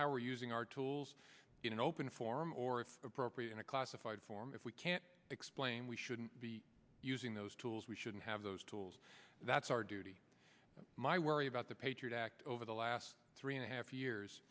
we're using our tools in an open forum or if appropriate in a classified form if we can't explain we shouldn't be using those tools we shouldn't have those tools that's our duty my worry about the patriot act over the last three and a half years